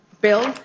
bill